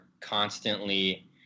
constantly